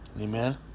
Amen